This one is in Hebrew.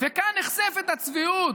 וכאן נחשפת הצביעות,